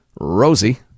Rosie